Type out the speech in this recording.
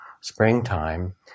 springtime